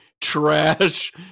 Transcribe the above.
trash